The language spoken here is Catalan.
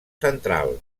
central